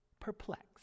perplexed